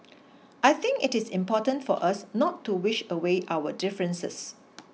I think it is important for us not to wish away our differences